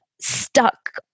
stuck